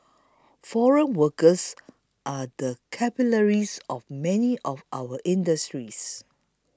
foreign workers are the capillaries of many of our industries